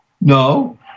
No